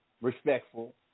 respectful